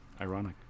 ironic